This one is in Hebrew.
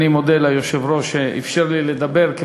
אני מודה ליושב-ראש שאפשר לי לדבר.